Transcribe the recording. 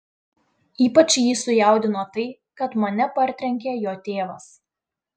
ypač jį sujaudino tai kad mane partrenkė jo tėvas